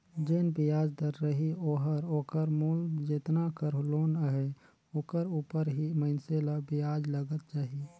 जेन बियाज दर रही ओहर ओकर मूल जेतना कर लोन अहे ओकर उपर ही मइनसे ल बियाज लगत जाही